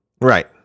Right